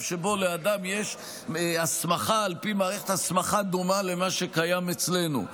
שבו לאדם יש הסמכה על פי מערכת הסמכה דומה למה שקיים אצלנו.